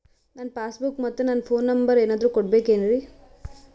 ನನ್ನ passbook ಮತ್ ನನ್ನ ಫೋನ್ ನಂಬರ್ ಏನಾದ್ರು ಕೊಡಬೇಕೆನ್ರಿ?